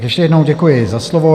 Ještě jednou děkuji za slovo.